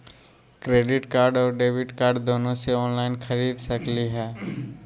Credit card और debit card दोनों से ऑनलाइन खरीद सकली ह?